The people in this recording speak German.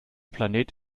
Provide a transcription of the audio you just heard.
planet